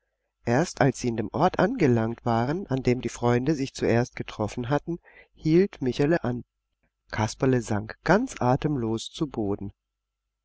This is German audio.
erst als sie an dem ort angelangt waren an dem die freunde sich zuerst getroffen hatten hielt michele an kasperle sank ganz atemlos zu boden